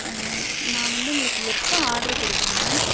நான் வந்து உங்களுக்கு எப்போ ஆட்ரு கொடுக்கணும் மேம்